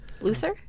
Luther